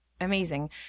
amazing